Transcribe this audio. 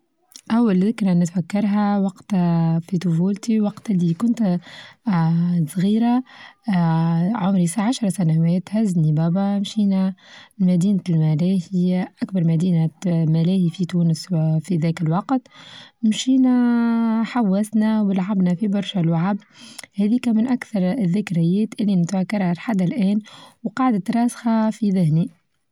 أول ذكرى إني أتذكرها وقت آآ في طفولتي وقت اللي كنت آآ آآ صغيرة، آآ عمري لسة عشر سنوات هزني بابا مشينا لمدينة الملاهي هي اكبر مدينة آآ ملاهي في تونس آآ في ذاك الوقت، مشينا آآ حوسنا ولعبنا في برشا لعب هاديكا من أكثر الذكريات اللى نتذكرها لحد الآن وقعدت راسخة في ذهني.